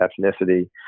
ethnicity